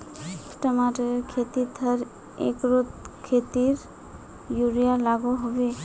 टमाटरेर खेतीत हर एकड़ोत कतेरी यूरिया लागोहो होबे?